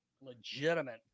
legitimate